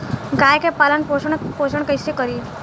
गाय के पालन पोषण पोषण कैसे करी?